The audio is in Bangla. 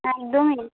একদমই